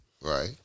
Right